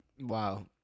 Wow